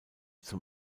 zum